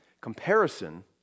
comparison